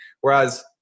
Whereas